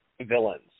villains